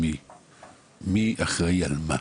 מי אחראי על מה.